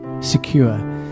Secure